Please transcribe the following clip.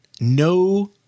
No